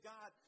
God